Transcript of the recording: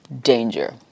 danger